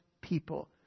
people